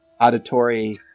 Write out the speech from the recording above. auditory